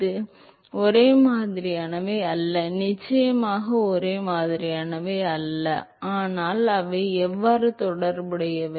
ஆமாம் அவை ஒரே மாதிரியானவை அல்ல நிச்சயமாக ஒரே மாதிரியானவை அல்ல ஆனால் அவை எவ்வாறு தொடர்புடையவை